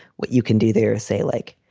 what you can do there say like.